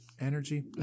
energy